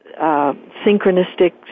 synchronistic